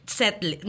settle